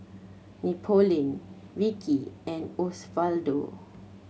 Napoleon Vicki and Osvaldo